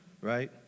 right